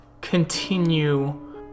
continue